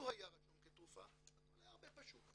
לו היה רשום כתרופה הכל היה יותר פשוט,